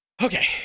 Okay